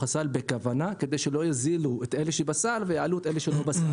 הסל בכוונה כדי שלא יוזילו את אלה שבסל ויעלו את אלה שלא בסל.